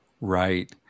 right